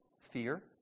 Fear